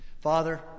Father